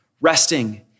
resting